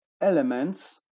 elements